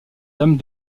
dame